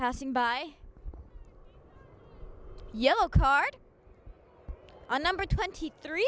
passing by yellow card on number twenty three